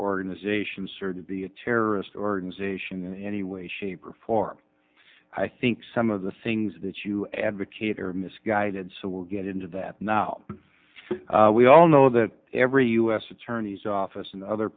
organization sir to be a terrorist organization in any way shape or form i think some of the things that you advocate are misguided so we'll get into that now we all know that every u s attorney's office and othe